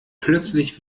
plötzlich